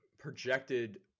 Projected